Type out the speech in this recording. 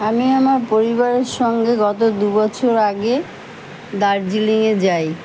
আমি আমার পরিবারের সঙ্গে গত দু বছর আগে দার্জিলিংয়ে যাই